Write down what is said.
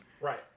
Right